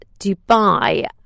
Dubai